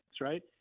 right